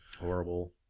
Horrible